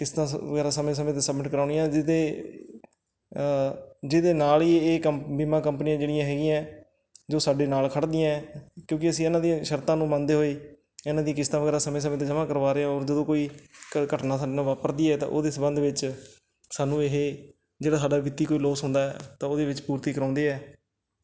ਕਿਸ਼ਤਾਂ ਸ ਵਗੈਰਾ ਸਮੇਂ ਸਮੇਂ 'ਤੇ ਸਬਮਿਟ ਕਰਾਉਣੀ ਆ ਜਿਹਦੇ ਜਿਹਦੇ ਨਾਲ ਹੀ ਇਹ ਕੰ ਬੀਮਾ ਕੰਪਨੀਆਂ ਜਿਹੜੀਆਂ ਹੈਗੀਆਂ ਜੋ ਸਾਡੇ ਨਾਲ ਖੜ੍ਹਦੀਆਂ ਕਿਉਂਕਿ ਅਸੀਂ ਇਹਨਾਂ ਦੀਆਂ ਸ਼ਰਤਾਂ ਨੂੰ ਮੰਨਦੇ ਹੋਏ ਇਹਨਾਂ ਦੀ ਕਿਸ਼ਤਾਂ ਵਗੈਰਾ ਸਮੇਂ ਸਮੇਂ 'ਤੇ ਜਮਾਂ ਕਰਵਾ ਰਹੇ ਹਾਂ ਔਰ ਜਦੋਂ ਕੋਈ ਘਟਨਾ ਸਾਡੇ ਨਾਲ ਵਾਪਰਦੀ ਹੈ ਤਾਂ ਉਹਦੇ ਸੰਬੰਧ ਵਿੱਚ ਸਾਨੂੰ ਇਹ ਜਿਹੜਾ ਸਾਡਾ ਵਿੱਤੀ ਕੋਈ ਲੋਸ ਹੁੰਦਾ ਤਾਂ ਉਹਦੇ ਵਿੱਚ ਪੂਰਤੀ ਕਰਾਉਂਦੇ ਆ